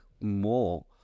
more